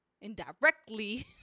indirectly